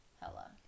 Hella